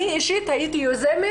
אני אישית יזמתי,